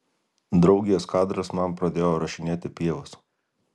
draugės kadras man pradėjo rašinėti pievas